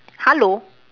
hello